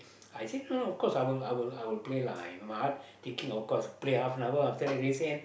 I think lah of course I will I will play lah but thinking of course play half an hour then race end